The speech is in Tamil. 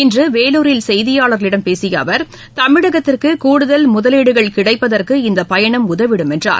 இன்று வேலூரில் செய்தியாளர்களிடம் பேசிய அவர் தமிழகத்திற்கு கூடுதல் முதலீடுகள் கிடைப்பதற்கு இந்தப் பயணம் உதவிடும் என்றார்